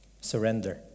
surrender